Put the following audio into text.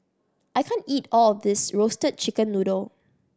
I can't eat all of this Roasted Chicken Noodle